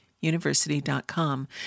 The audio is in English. university.com